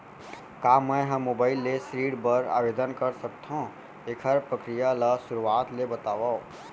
का मैं ह मोबाइल ले ऋण बर आवेदन कर सकथो, एखर प्रक्रिया ला शुरुआत ले बतावव?